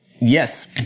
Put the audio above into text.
yes